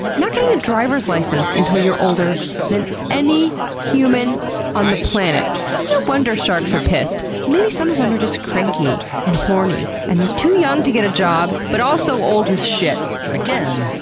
not getting a driver's license until you're older than any human on the planet? no wonder sharks are pissed! maybe some of them are just cranky, and horny, and they're too young to get a job but also old as shit! but again,